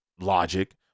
logic